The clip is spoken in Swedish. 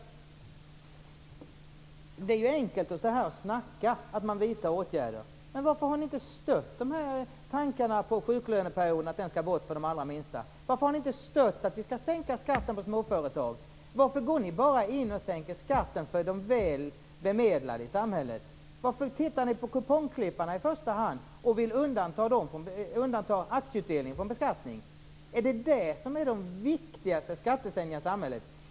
Det är enkelt att stå här och snacka om att vidta åtgärder. Men varför har ni då inte stött tankarna på att sjuklöneperioden skall bort för de allra minsta företagen? Varför har ni inte stött en sänkning av skatten för småföretag? Varför vill ni bara sänka skatten för de väl bemedlade i samhället? Varför ser ni till kupongklipparna i första hand och vill undanta aktieutdelningar från beskattning? Är det dessa som är de viktigaste skattesänkningarna i samhället?